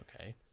Okay